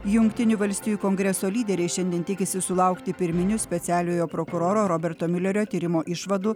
jungtinių valstijų kongreso lyderiai šiandien tikisi sulaukti pirminių specialiojo prokuroro roberto miulerio tyrimo išvadų